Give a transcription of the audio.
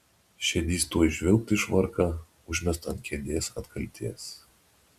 šedys tuoj žvilgt į švarką užmestą ant kėdės atkaltės